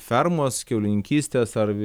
fermos kiaulininkystės ar